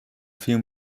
few